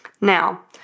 Now